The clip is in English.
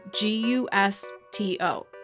G-U-S-T-O